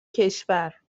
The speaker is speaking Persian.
کشور